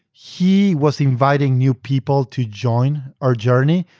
he was inviting new people to join our journey.